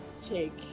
take